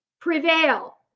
prevail